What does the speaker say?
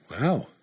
Wow